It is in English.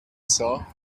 saw